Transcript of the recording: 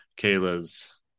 Kayla's